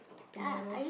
tomorrow